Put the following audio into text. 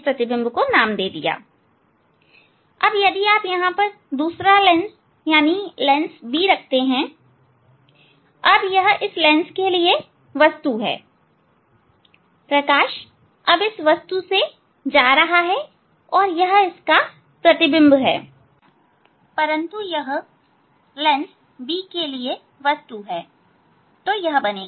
अब यदि आप यहां दूसरा लेंस लेंस B रखते हैं अब यह इस लेंस के लिए वस्तु है प्रकाश अब इस वस्तु से जा रहा है और इसका यह प्रतिबिंब है परंतु यह लेंस B के लिए वस्तु है तो यह बनेगा